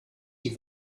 die